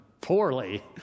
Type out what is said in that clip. poorly